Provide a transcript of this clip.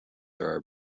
are